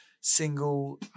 single